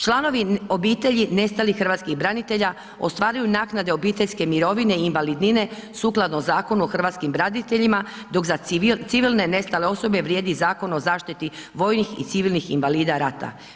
Članovi obitelji nestalih Hrvatskih branitelja ostvaruju naknade obiteljske mirovine, invalidnine sukladno Zakonu o Hrvatskim braniteljima dok za civilne nestale osobe vrijedi Zakon o zaštiti vojnih i civilnih invalida rata.